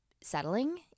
settling